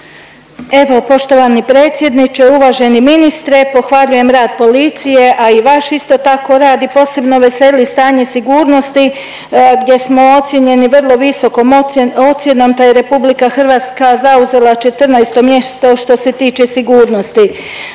Evo poštovani predsjedniče, uvaženi ministre pohvaljujem rad policije, a i vaš isto tako rad i posebno veseli stanje sigurnosti gdje smo ocijenjeni vrlo visokom ocjenom te je RH zauzela 14 mjesto što se tiče sigurnosti.